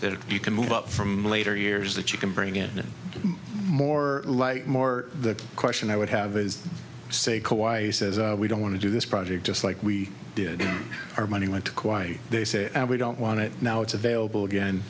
that you can move up from later years that you can bring in more light more the question i would have is seiko i says we don't want to do this project just like we did our money went to quite they said we don't want it now it's available again